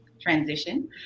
transition